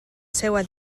seua